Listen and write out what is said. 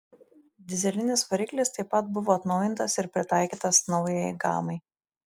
dyzelinis variklis taip pat buvo atnaujintas ir pritaikytas naujajai gamai